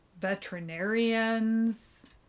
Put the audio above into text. veterinarians